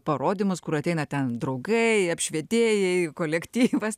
parodymus kur ateina ten draugai apšvietėjai kolektyvas